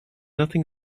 nothing